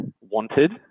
wanted